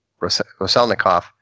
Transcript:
Roselnikov